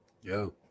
Yo